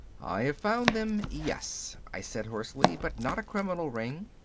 i have found them, yes, i said hoarsely. but not a criminal ring.